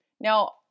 Now